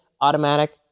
automatic